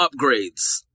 upgrades